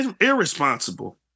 irresponsible